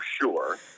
sure